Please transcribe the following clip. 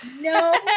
no